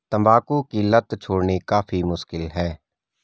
तंबाकू की लत छोड़नी काफी मुश्किल है